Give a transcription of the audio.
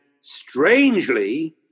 strangely